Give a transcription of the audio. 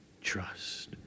trust